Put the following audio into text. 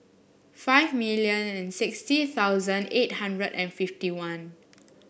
five million and sixty thousand eight hundred and fifty one